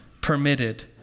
permitted